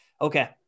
Okay